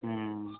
हुँ